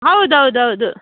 ಹೌದು ಹೌದು ಹೌದು